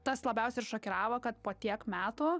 tas labiausiai ir šokiravo kad po tiek metų